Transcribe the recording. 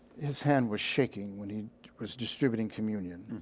his hand was shaking when he was distributing communion.